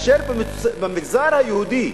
במגזר היהודי,